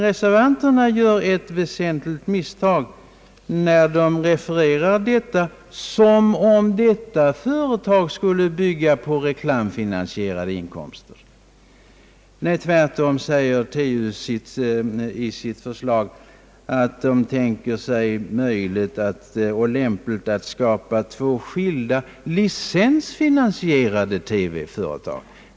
Reservanterna gör emellertid ett väsentligt misstag när de refererar detta uttalande som om detta nya företag skulle bygga på inkomster av reklam. TU säger tvärtom i sitt förslag att det i så fall skulle vara två skilda licensfinansierade TV-företag.